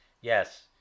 yes